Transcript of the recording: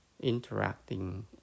interacting